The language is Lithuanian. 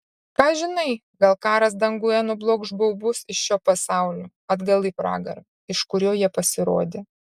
ką žinai gal karas danguje nublokš baubus iš šio pasaulio atgal į pragarą iš kurio jie pasirodė